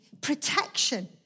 protection